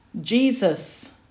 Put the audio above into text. Jesus